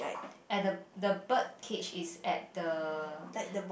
at the the bird cage is at the